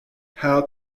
how